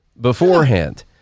beforehand